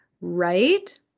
right